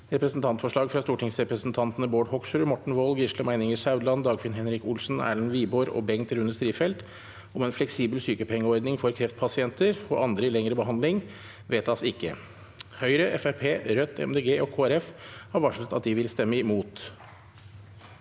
Representantforslag fra stortingsrepresentantene Bård Hoksrud, Morten Wold, Gisle Meininger Saudland, Dagfinn Henrik Olsen, Erlend Wiborg og Bengt Rune Strifeldt om en fleksibel sykepengeordning for kreftpasienter og andre i lengre behandling – vedtas ikke. Presidenten: Høyre, Fremskrittspartiet,